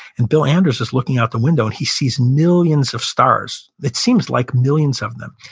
and bill anders was looking out the window and he sees millions of stars. it seems like millions of them.